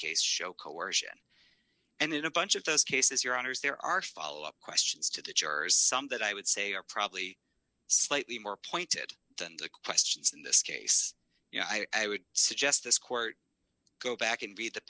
case show coercion and in a bunch of those cases your honors there are follow up questions to the jurors some that i would say are probably slightly more pointed than the questions in this case you know i would suggest this court go back and read the